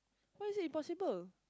why is it impossible